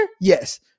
Yes